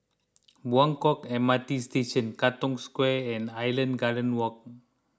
Buangkok M R T Station Katong Square and Island Gardens Walk